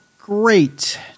great